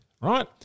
right